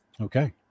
okay